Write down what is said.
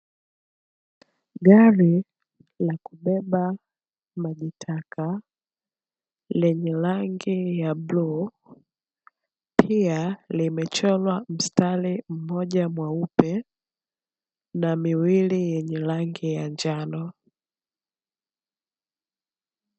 Gari la kubeba maji taka, lenye rangi ya bluu, pia limechorwa mstari mmoja mweupe na miwili yenye rangi ya njano.